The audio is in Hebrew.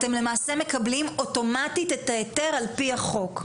אתם למעשה מקבלים אוטומטית את ההיתר על פי החוק.